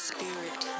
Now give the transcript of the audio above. Spirit